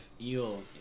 eel